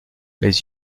les